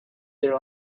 their